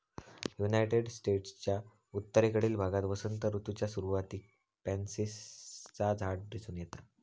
United स्टेट्सच्या उत्तरेकडील भागात वसंत ऋतूच्या सुरुवातीक पॅन्सीचा झाड दिसून येता